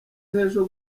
nk’ejo